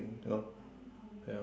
you know ya